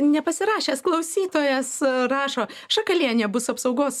nepasirašęs klausytojas rašo šakalienė bus apsaugos